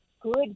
good